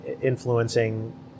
influencing